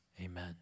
Amen